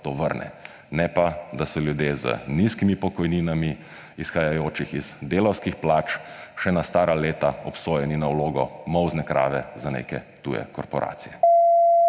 to vrne?! Ne pa da so ljudje z nizkimi pokojninami, izhajajočimi iz delavskih plač, še na stara leta obsojeni na vlogo molzne krave za neke tuje korporacije.